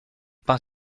peint